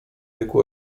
wieku